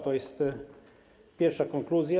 To jest pierwsza konkluzja.